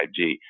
5G